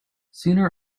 sooner